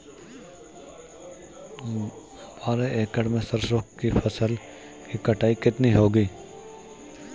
बारह एकड़ में सरसों की फसल की कटाई कितनी होगी?